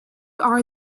are